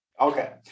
Okay